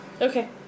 Okay